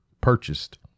purchased